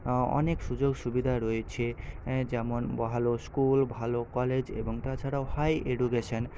অনেক সুযোগ সুবিধা রয়েছে যেমন ভালো স্কুল ভালো কলেজ এবং তাছাড়াও হাই এডুকেশন